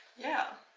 yeah